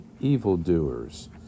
evildoers